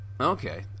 Okay